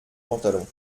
pantalon